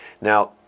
Now